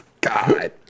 God